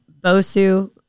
bosu